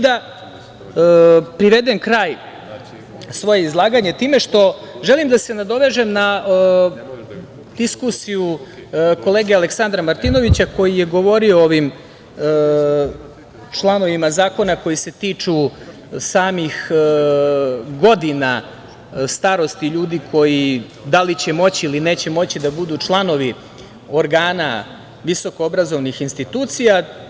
Da privedem kraju svoje izlaganje time što želim da se nadovežem na diskusiju kolege Aleksandra Martinovića koji je govorio o ovim članovima zakona koji se tiču samih godina starosti ljudi, koji da li će moći ili neće moći da budu članovi organa visoko obrazovanih institucija.